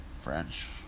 French